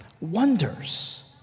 wonders